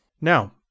Now